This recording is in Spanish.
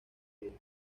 herido